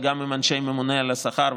וגם עם אנשי הממונה על השכר,